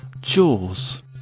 Jaws